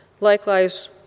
Likewise